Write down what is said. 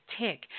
tick